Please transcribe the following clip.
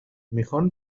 میخوان